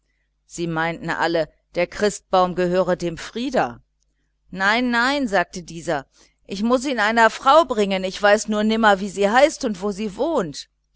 sie meinten alle der christbaum gehöre frieder nein nein sagte dieser ich muß ihn einer frau bringen ich weiß nur nimmer wie sie heißt und wo sie wohnt